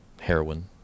heroin